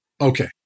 Okay